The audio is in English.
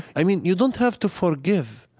i mean, you don't have to forgive,